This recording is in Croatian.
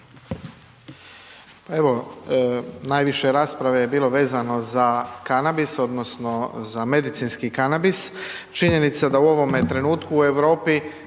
evo najviše rasprave je bilo vezano za kanabis odnosno za medicinski kanabis, činjenica da u ovome trenutku u Europi